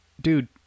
dude